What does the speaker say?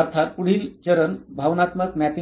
अर्थात पुढील चरण भावनात्मक मॅपिंग असेल